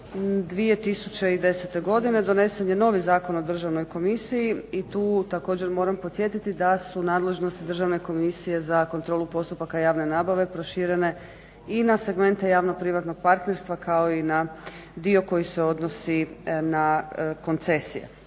2010. godine donesen je novi Zakon o državnoj komisiji i tu također moram podsjetiti da su nadležnost Državne komisije za kontrolu postupaka javne nabave proširene i na segmente javno-privatnog partnerstva kao i na dio koji se odnosi na koncesije.